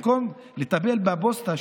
במקום לטפל בפוסטה,